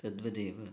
तद्वदेव